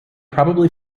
probably